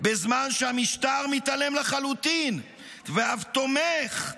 בזמן שהמשטר מתעלם לחלוטין ואף תומך,